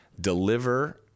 deliver